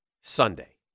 Sunday